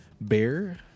Bear